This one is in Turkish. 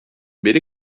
beri